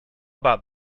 about